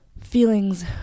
feelings